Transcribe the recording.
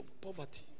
Poverty